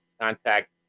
Contact